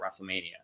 WrestleMania